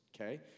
Okay